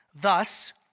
Thus